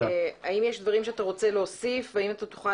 האם יש דברים שאתה רוצה להוסיף והאם אתה תוכל